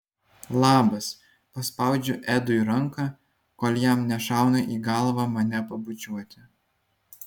labas paspaudžiu edui ranką kol jam nešauna į galvą mane pabučiuoti